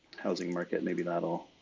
housing market, maybe that'll.